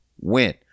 win